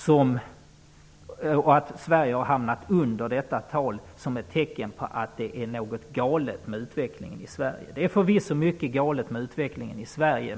Det faktum att Sverige hamnat under detta tal tar hon som ett tecken på att det är något galet med utvecklingen i Det är förvisso mycket galet med utvecklingen i Sverige.